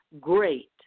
great